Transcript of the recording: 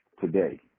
today